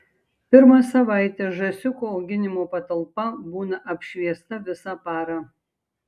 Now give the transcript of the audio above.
pirmą savaitę žąsiukų auginimo patalpa būna apšviesta visą parą